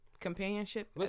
companionship